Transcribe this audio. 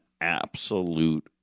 absolute